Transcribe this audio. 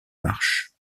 marche